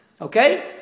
Okay